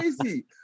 crazy